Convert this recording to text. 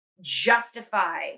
justify